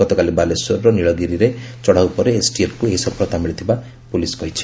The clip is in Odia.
ଗତକାଲି ବାଲେଶ୍ୱରର ନୀଳଗିରିରେ ଚଢ଼ାଉ ପରେ ଏସ୍ଟିଏଫ୍କୁ ଏହି ସଫଳତା ମିଳିଥିବା ପୁଲିସ୍ କହିଛି